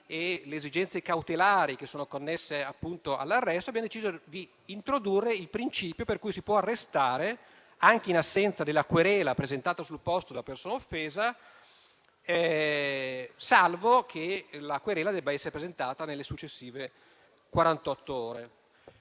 e le esigenze cautelari connesse all'arresto, abbiamo deciso di introdurre il principio per cui si può arrestare anche in assenza della querela presentata sul posto dalla persona offesa, salvo che la querela debba essere presentata nelle successive